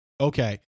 okay